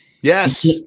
Yes